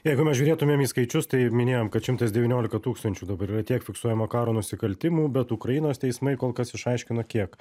jeigu mes žiūrėtumėm į skaičius tai minėjom kad šimtas devyniolika tūkstančių dabar yra tiek fiksuojama karo nusikaltimų bet ukrainos teismai kol kas išaiškino kiek